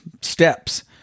steps